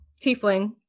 tiefling